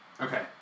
Okay